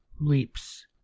reaps